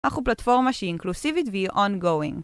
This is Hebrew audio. אנחנו פלטפורמה שהיא אינקלוסיבית והיא אונגואינג.